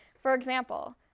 for example,